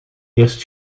eerst